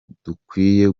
dukwiye